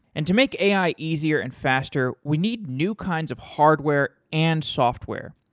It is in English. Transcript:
and to make ai easier and faster, we need new kinds of hardware and software,